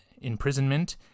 imprisonment